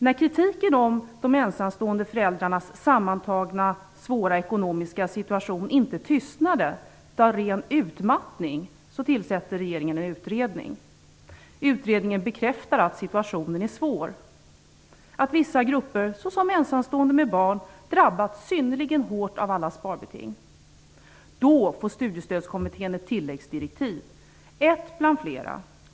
När kritiken av de ensamstående föräldrarnas sammantagna svåra ekonomiska situation inte tystnade tillsatte regeringen av ren utmattning en utredning. Utredningen bekräftar att situationen är svår, att vissa grupper, såsom ensamstående med barn, drabbats synnerligen hårt av alla sparbeting. Då får studiestödskommittén ett tilläggsdirektiv, ett bland flera.